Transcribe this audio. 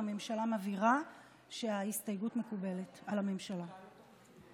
הממשלה מבהירה שההסתייגות מקובלת על הממשלה,